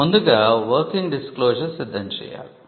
ముందుగా వర్కింగ్ డిస్క్లోశర్సిద్ధం చేయాలి